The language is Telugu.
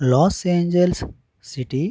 loss Angeles city